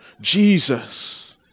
Jesus